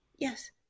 Yes